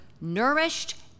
nourished